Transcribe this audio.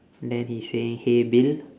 then he saying hey bill